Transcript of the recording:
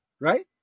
Right